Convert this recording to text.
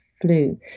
flu